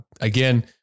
again